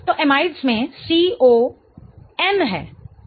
तो अमाइड्स में CO N है ठीक है